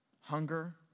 hunger